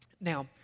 Now